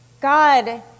God